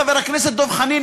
חבר הכנסת דב חנין,